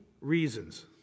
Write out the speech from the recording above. reasons